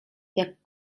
jak